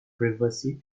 privacy